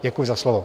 Děkuji za slovo.